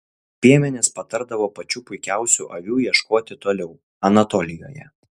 piemenys patardavo pačių puikiausių avių ieškoti toliau anatolijoje